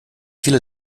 viele